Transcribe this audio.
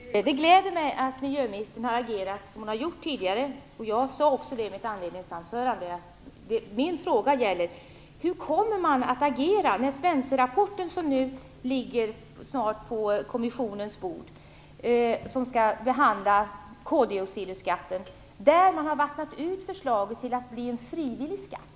Fru talman! Det gläder mig att miljöministern har agerat som hon har gjort tidigare. Jag sade också det i mitt inledningsanförande. Min fråga gäller hur man kommer att agera när Spencerrapporten nu snart ligger på kommissionens bord. Den skall behandla koldioxidskatter. Förslaget har vattnats ur och blivit ett förslag om en frivillig skatt.